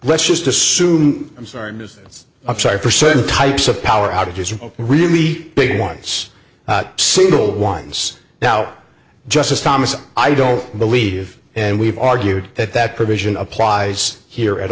let's just assume i'm sorry i'm sorry for certain types of power outages are really big once single ones now justice thomas i don't believe and we've argued that that provision applies here at